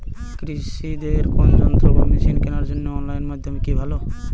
কৃষিদের কোন যন্ত্র বা মেশিন কেনার জন্য অনলাইন মাধ্যম কি ভালো?